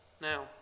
Now